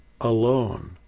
alone